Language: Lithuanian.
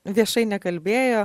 viešai nekalbėjo